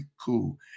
cool